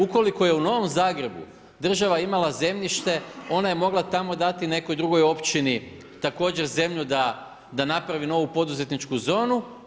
Ukoliko je u Novom Zagrebu država imala zemljište ona je mogla tamo dati nekoj drugoj općini također zemlju da napravi novu poduzetničku zonu.